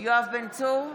יואב בן צור,